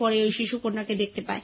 পরে ওই শিশুকণ্যাকে দেখতে পায়